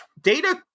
data